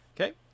Okay